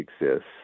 exists